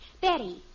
Betty